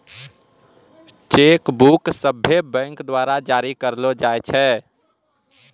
cheque book सभ्भे bank द्वारा जारी करलो जाय छै